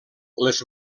les